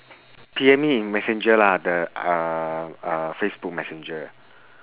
P_M me in messenger lah the uh uh facebook messenger